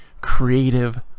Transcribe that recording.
creative